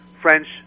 French